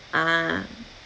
ah